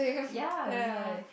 ya that's why